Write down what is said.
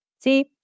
See